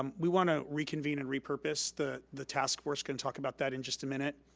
um we wanna reconvene and repurpose. the the task force can talk about that in just a minute.